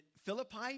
Philippi